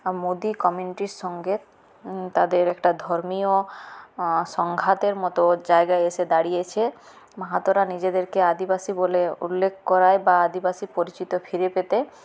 মোদি কমিউনিটির সঙ্গে তাদের একটা ধর্মীয় সংঘাতের মতো জায়গায় এসে দাঁড়িয়েছে মাহাতোরা নিজেদেরকে আদিবাসী বলে উল্লেখ করায় বা আদিবাসী পরিচিতি ফিরে পেতে